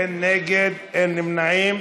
אין מתנגדים, אין נמנעים.